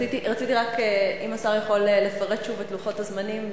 רק אם השר יכול לפרט שוב את לוחות הזמנים,